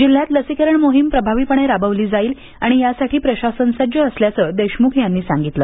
जिल्ह्यात लसीकरण मोहीम प्रभावीपणे राबवली जाईल आणि यासाठी प्रशासन सज्ज असल्याचं देशमुख यांनी सांगितलं